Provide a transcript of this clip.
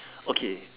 okay